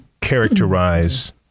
characterize